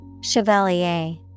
Chevalier